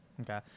Okay